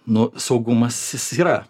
nu saugumas jis yra